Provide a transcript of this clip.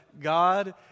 God